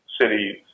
cities